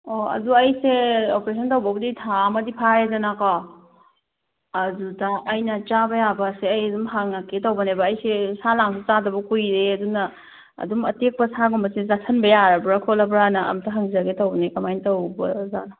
ꯑꯣ ꯑꯗꯨ ꯑꯩꯁꯦ ꯑꯣꯄꯔꯦꯁꯟ ꯇꯧꯕꯕꯨꯗꯤ ꯊꯥ ꯑꯃꯗꯤ ꯐꯥꯔꯦꯗꯅꯀꯣ ꯑꯗꯨꯗ ꯑꯩꯅ ꯆꯥꯕ ꯌꯥꯕꯁꯦ ꯑꯩ ꯑꯗꯨꯝ ꯍꯪꯉꯛꯀꯦ ꯇꯧꯕꯅꯦꯕ ꯑꯩꯁꯦ ꯁꯥ ꯂꯥꯡꯁꯨ ꯆꯥꯗꯕ ꯀꯨꯏꯔꯦ ꯑꯗꯨꯅ ꯑꯗꯨꯝ ꯑꯇꯦꯛꯄ ꯁꯥꯒꯨꯝꯕꯁꯦ ꯆꯥꯁꯟꯕ ꯌꯥꯔꯕ꯭ꯔꯥ ꯈꯣꯠꯂꯕ꯭ꯔꯥꯅ ꯑꯝꯇ ꯍꯪꯖꯒꯦ ꯇꯧꯕꯅꯦ ꯀꯃꯥꯏꯅ ꯇꯧꯕꯖꯥꯠꯅꯣ